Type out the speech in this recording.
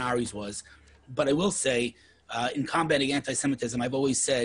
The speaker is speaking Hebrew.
המצב ושיכולים להגיד שזה לא נכון ושזה לא יעבוד,